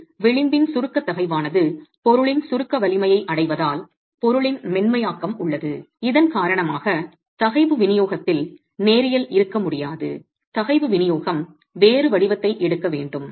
பொருள் விளிம்பின் சுருக்க தகைவானது பொருளின் சுருக்க வலிமையை அடைவதால் பொருளின் மென்மையாக்கம் உள்ளது இதன் காரணமாக தகைவு விநியோகத்தில் நேரியல் இருக்க முடியாது தகைவு விநியோகம் வேறு வடிவத்தை எடுக்க வேண்டும்